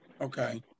Okay